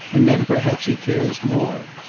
and then perhaps he cares more.